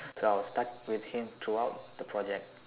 so I was stuck with him throughout the project